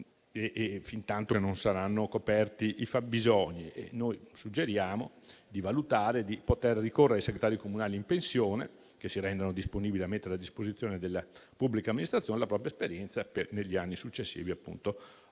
fintanto che non saranno coperti i fabbisogni; noi suggeriamo quindi di valutare di ricorrere ai segretari comunali in pensione che si rendano disponibili a mettere a disposizione della pubblica amministrazione la propria esperienza negli anni successivi all'entrata